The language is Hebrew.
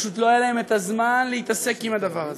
פשוט לא היה להם זמן להתעסק עם הדבר הזה,